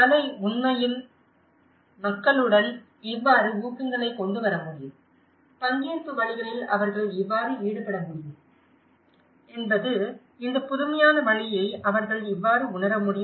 கலை உண்மையில் மக்களுடன் இவ்வாறு ஊக்கங்களை கொண்டு வர முடியும் பங்கேற்பு வழிகளில் அவர்கள் இவ்வாறு ஈடுபட முடியும் என்பது இந்த புதுமையான வழியை அவர்கள் இவ்வாறு உணர முடியும்